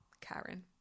karen